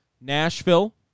Nashville